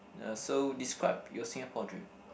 ya so describe your Singapore dream